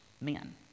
men